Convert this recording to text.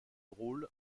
rôle